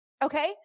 Okay